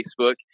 Facebook